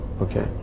okay